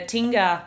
Tinga